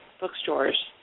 bookstores